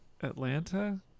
Atlanta